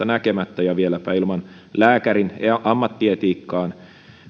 näkemättä ja vieläpä ilman lääkärin ammattietiikkaan